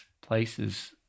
places